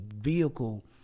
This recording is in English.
vehicle